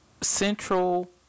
central